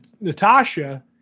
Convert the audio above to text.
Natasha